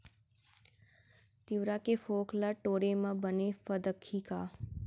तिंवरा के फोंक ल टोरे म बने फदकही का?